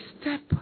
step